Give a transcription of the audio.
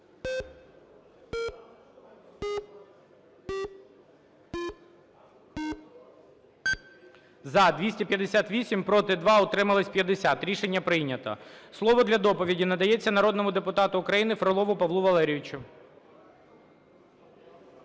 За-258 Проти – 2, утрималися – 50. Рішення прийнято. Слово для доповіді надається народному депутату України Фролову Павлу Валерійовичу.